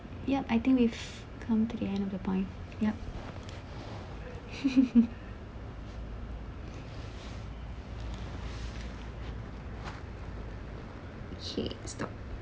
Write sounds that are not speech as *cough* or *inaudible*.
yup I think we've come to the end of the point yup *laughs* okay stop